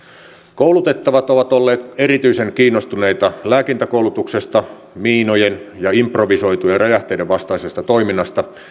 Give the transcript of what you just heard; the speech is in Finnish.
koulutettavat ovat olleet erityisen kiinnostuneita lääkintäkoulutuksesta miinojen ja improvisoitujen räjähteiden vastaisesta toiminnasta